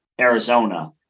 Arizona